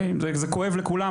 זה כואב לכולם.